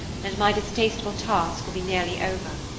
and my distasteful task will be nearly over,